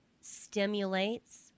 stimulates